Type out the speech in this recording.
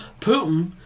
Putin